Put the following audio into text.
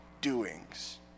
doings